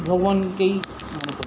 ভগবানকেই মনে করি